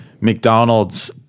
McDonald's